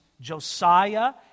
Josiah